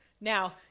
Now